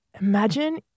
Imagine